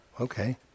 Okay